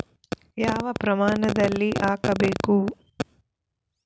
ಯಾವ ಪ್ರಮಾಣದಲ್ಲಿ ಹಾಕಬೇಕು?